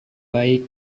baik